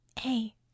Hey